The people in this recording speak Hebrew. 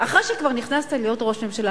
אחרי שכבר נכנסת להיות ראש ממשלה,